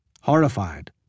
horrified